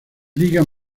liga